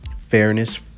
fairness